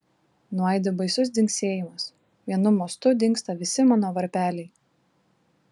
nuaidi baisus dzingsėjimas vienu mostu dingsta visi mano varpeliai